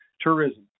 tourism